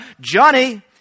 Johnny